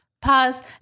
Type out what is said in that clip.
pause